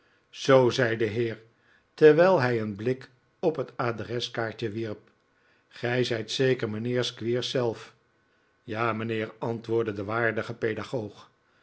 zoo zei de heer terwijl hij een blik op het adreskaartje wierp gij zijt zeker mijnheer squeers zelf tfa mijnheer antwoordde de waardige paexiagoog